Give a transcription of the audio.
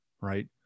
right